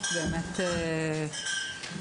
אלפסה, ארגון ׳בטרם׳ לבטיחות ילדים.